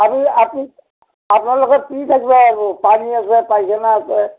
আপুনি আপুনি আপোনাৰ লগত পানী আছে পাইখানা আছে